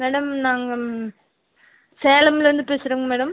madam நாங்கள் சேலமிலேருந்து பேசுகிறோங்க மேடம்